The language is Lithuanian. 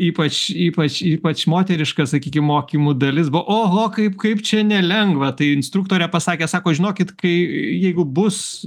ypač ypač ypač moteriška sakykim mokymų dalis buvo oho kaip kaip čia nelengva tai instruktorė pasakė sako žinokit kai jeigu bus